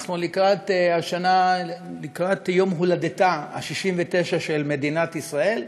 אנחנו לקראת יום הולדתה ה-69 של מדינת ישראל,